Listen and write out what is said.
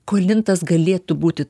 kur link tas galėtų būti